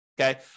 okay